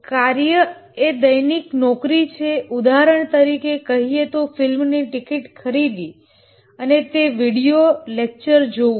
કાર્ય એ દૈનિક નોકરી છે ઉદાહરણ તરીકે કહીએ તો ફિલ્મની ટિકિટ ખરીદી અથવા તો વિડીયો લેકચર જોવો